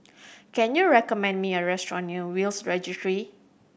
can you recommend me a restaurant near Will's Registry